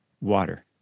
Water